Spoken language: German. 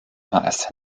meister